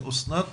אסנת